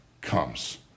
comes